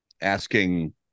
asking